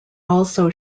also